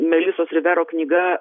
melisos rivero knyga